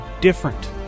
different